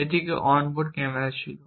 এটিতে একটি on board camera ছিল